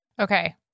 Okay